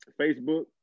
Facebook